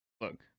Look